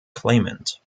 claimant